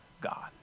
God